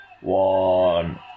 one